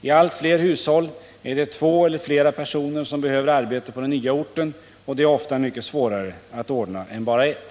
I allt fler hushåll är det två eller flera personer som behöver arbete på den nya orten, och det är ofta mycket svårare att ordna än bara ett.